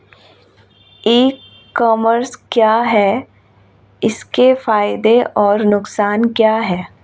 ई commerce क्या है इसके फायदे और नुकसान क्या है?